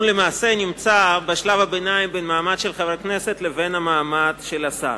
למעשה הוא נמצא בשלב הביניים בין מעמד של חבר הכנסת לבין מעמד של שר.